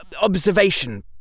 observation